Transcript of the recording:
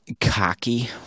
Cocky